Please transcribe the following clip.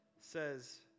says